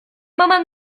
moment